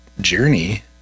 journey